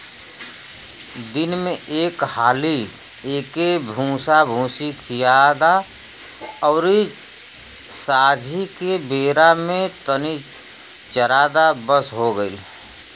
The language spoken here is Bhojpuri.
दिन में एक हाली एके भूसाभूसी खिया द अउरी सांझी के बेरा में तनी चरा द बस हो गईल